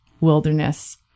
wilderness